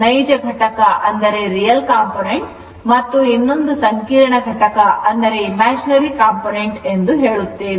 ನೈಜಘಟಕ ಮತ್ತು ಇನ್ನೊಂದು ಸಂಕೀರ್ಣಘಟಕ ಎಂದು ಹೇಳುತ್ತೇವೆ